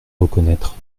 reconnaître